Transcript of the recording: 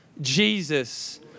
Jesus